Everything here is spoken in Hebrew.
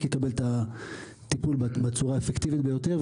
יקבל את הטיפול בצורה האפקטיבית ביותר.